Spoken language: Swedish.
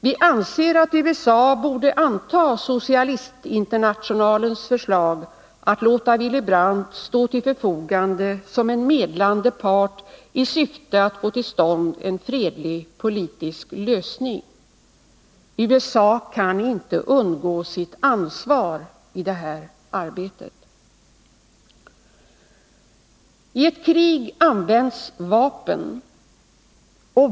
Vi anser att USA borde anta Socialistinternationalens förslag att låta Willy Brandt stå till förfogande som en medlande part i syfte att få till stånd en fredlig politisk lösning. USA kan inte undgå sitt ansvar i detta arbete. I ett krig används vapen.